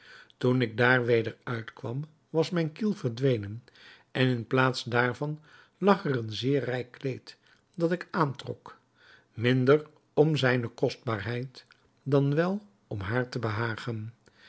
toen ik daar weder uit kwam was mijn kiel verdwenen en in plaats daarvan lag er een zeer rijk kleed dat ik aantrok minder om zijne kostbaarheid dan wel om haar te behagen